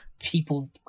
people